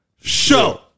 show